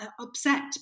upset